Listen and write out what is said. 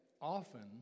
often